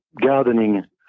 gardening